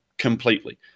completely